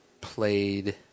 played